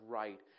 right